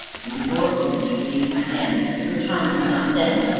and the door opened beneath my hand but your time was not then.